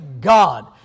God